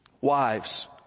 Wives